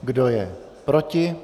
Kdo je proti?